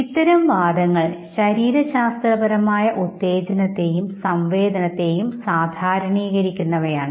ഇത്തരം വാദങ്ങൾ ശരീരശാസ്ത്രപരമായ ഉത്തേജനത്തെയും സംവേദനത്തെയും സാധാരണീകരിക്കുന്നവയാണ്